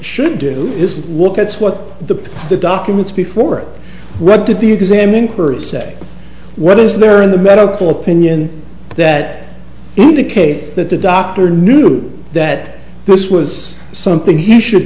should do is look at what the the documents before what did the exam incurs say what is there in the medical opinion that indicates that the doctor knew that this was something he should